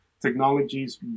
technologies